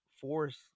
force